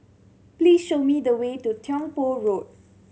please show me the way to Tiong Poh Road